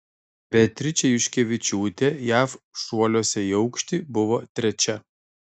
beatričė juškevičiūtė jav šuoliuose į aukštį buvo trečia